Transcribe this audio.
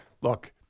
look –